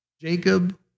Jacob